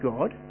God